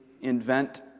invent